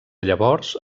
llavors